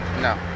No